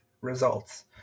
results